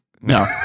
No